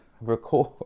record